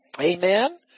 Amen